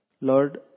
Lord